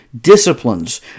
disciplines